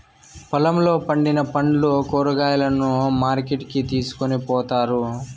పొలంలో పండిన పండ్లు, కూరగాయలను మార్కెట్ కి తీసుకొని పోతారు